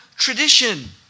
Tradition